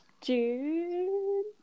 June